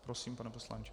Prosím, pane poslanče.